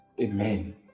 Amen